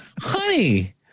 honey